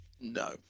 no